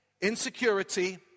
insecurity